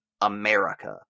America